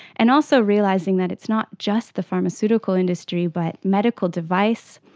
and also realising that it's not just the pharmaceutical industry but medical device,